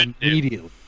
immediately